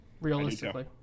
Realistically